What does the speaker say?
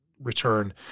return